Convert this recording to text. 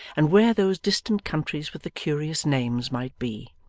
and where those distant countries with the curious names might be.